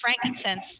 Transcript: frankincense